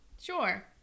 Sure